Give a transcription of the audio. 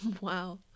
Wow